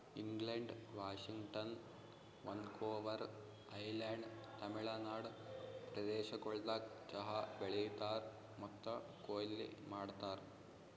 England, Washington, Vancouver island, Tamil Nadu ಪ್ರದೇಶಗೊಳ್ದಾಗ್ ಚಹಾ ಬೆಳೀತಾರ್ ಮತ್ತ ಕೊಯ್ಲಿ ಮಾಡ್ತಾರ್